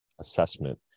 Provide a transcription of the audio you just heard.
assessment